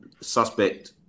suspect